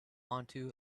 onto